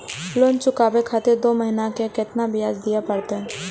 Loan चुकाबे खातिर दो महीना के केतना ब्याज दिये परतें?